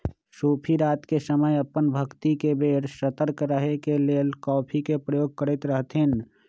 सूफी रात के समय अप्पन भक्ति के बेर सतर्क रहे के लेल कॉफ़ी के प्रयोग करैत रहथिन्ह